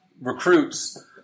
recruits